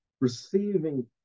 receiving